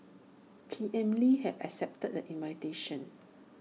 P M lee has accepted the invitation